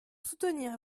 soutenir